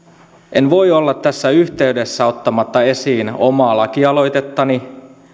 en voi olla tässä yhteydessä ottamatta esiin omaa lakialoitettani